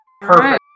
Perfect